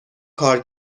کار